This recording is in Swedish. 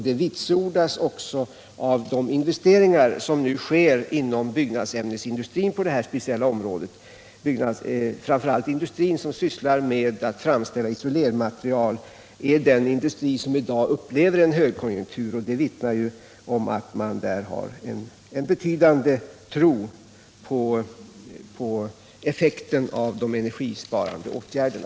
Det vitsordas också av de investeringar som nu sker inom byggnadsämnesindustrin på det här speciella området, framför allt den gren av industrin som sysslar med att framställa isolermaterial. Det är en industri som i dag upplever en högkonjunktur. Det vittnar om att man där har en betydande tro på effekten av de energisparande åtgärderna.